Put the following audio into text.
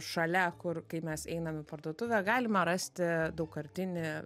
šalia kur kai mes einam į parduotuvę galima rasti daugkartinį